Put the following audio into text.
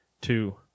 two